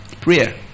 Prayer